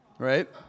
Right